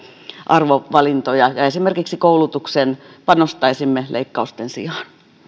arvovalintoja esimerkiksi koulutukseen panostaisimme leikkausten sijaan